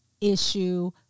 issue